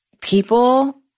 people